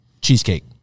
cheesecake